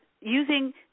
using